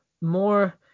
more